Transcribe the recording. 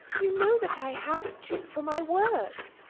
you know that i have to, for my work.